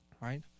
Right